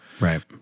Right